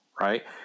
right